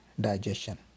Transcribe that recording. digestion